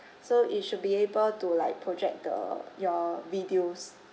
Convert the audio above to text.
so it should be able to like project the your videos